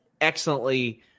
excellently